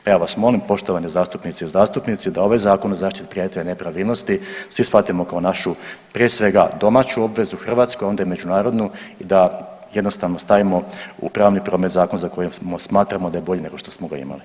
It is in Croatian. Pa ja vas molim poštovane zastupnice i zastupnici da ovaj Zakon o zaštiti prijavitelja nepravilnosti svi shvatimo kao našu prije svega domaću obvezu hrvatsku, a onda i međunarodnu i da jednostavno stavimo u pravni promet zakon za koji smatramo da je bolji nego što smo ga imali.